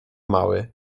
mały